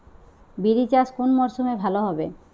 বিরি চাষ কোন মরশুমে ভালো হবে?